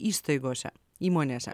įstaigose įmonėse